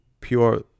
pure